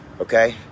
Okay